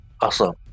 Awesome